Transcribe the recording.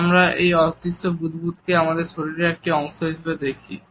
এবং আমরা এই অদৃশ্য বুদবুদ কে আমাদের শরীরের একটি অংশ হিসেবে দেখি